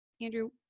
Andrew